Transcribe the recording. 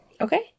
Okay